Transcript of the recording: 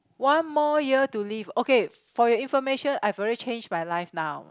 one more year to live okay for your information I've already change my life now